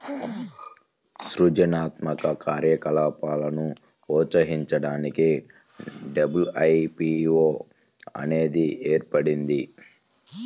సృజనాత్మక కార్యకలాపాలను ప్రోత్సహించడానికి డబ్ల్యూ.ఐ.పీ.వో అనేది ఏర్పడింది